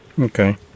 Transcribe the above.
Okay